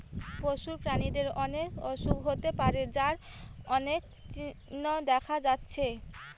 পশু প্রাণীদের অনেক অসুখ হতে পারে যার অনেক চিহ্ন দেখা যাচ্ছে